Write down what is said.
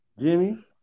Jimmy